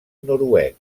noruec